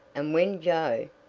and when joe,